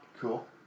cool